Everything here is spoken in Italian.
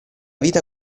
vita